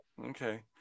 Okay